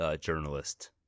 journalist